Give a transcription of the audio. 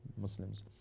Muslims